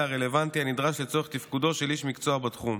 הרלוונטי הנדרש לצורך תפקודו של איש מקצוע בתחום.